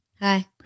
Hi